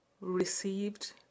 received